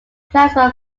plasma